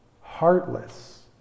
heartless